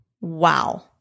Wow